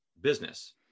business